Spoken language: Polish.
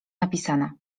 napisana